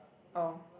oh